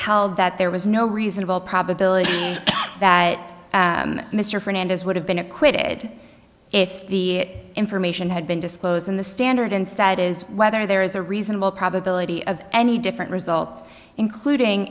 held that there was no reasonable probability that mr fernandez would have been acquitted if the information had been disclosed in the standard stat is whether there is a reasonable probability of any different result including